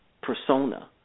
persona